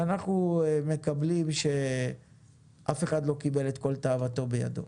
ואנחנו מקבלים שאף אחד לא קיבל את כל תאוותו בידו.